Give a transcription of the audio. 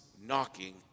knocking